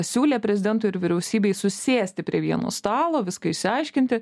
siūlė prezidentui ir vyriausybei susėsti prie vieno stalo viską išsiaiškinti